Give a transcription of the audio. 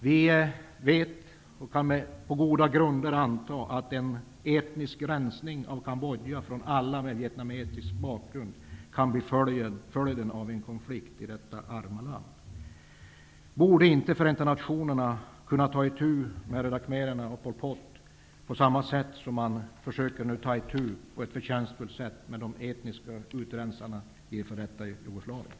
Vi kan på goda grunder anta att en etnisk rensning av Kambodja från alla med vietnamesisk bagrund kan bli följden av en konflikt i detta arma land. Borde inte Förenta nationerna kunna ta itu med röda khmererna och Pol Pot, på samma sätt som man på ett förtjänstfullt sätt försöker ta itu med dem som utför de etniska utrensningarna i det f.d. Jugoslavien?